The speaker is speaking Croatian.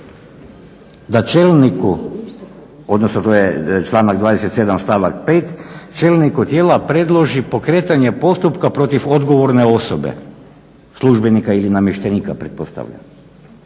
5. čelniku tijela predloži pokretanja postupka protiv odgovorne osobe službenika ili namještenika pretpostavljam.